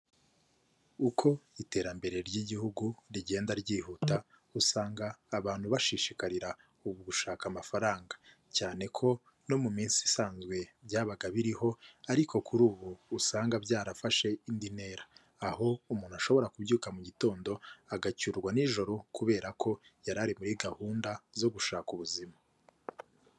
Uko iterambere ry'igihugu rigenda ryihuta usanga abantu bashishikarira mu gushaka amafaranga, cyane ko no mu minsi isanzwe byabaga biriho ariko kuri ubu usanga byarafashe indi ntera, aho umuntu ashobora kubyuka mu gitondo agacyurwa n'ijoro kubera ko yari ari muri gahunda zo gushaka ubuzima.